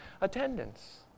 attendance